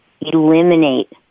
eliminate